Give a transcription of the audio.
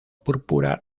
púrpura